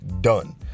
Done